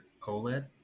OLED